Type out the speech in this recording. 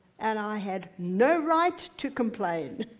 and i had no right to complain